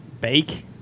Bake